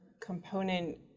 component